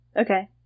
Okay